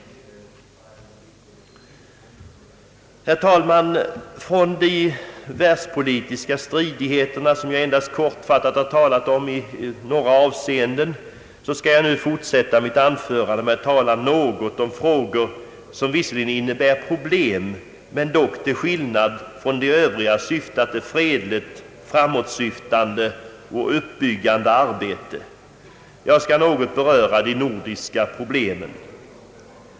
Herr talman! Från de världspolitiska stridigheterna, som jag endast kortfattat har berört i några avseenden, skall jag nu fortsätta mitt anförande med frågor som visserligen innehåller problem men som dock till skillnad från de övriga syftar till fredligt och uppbyggande arbete. Jag skall något beröra de nordiska problemen.